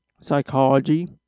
psychology